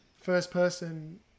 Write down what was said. first-person